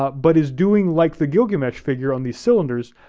but is doing like the gilgamesh figure on these cylinders,